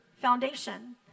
foundation